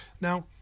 Now